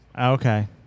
Okay